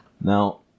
Now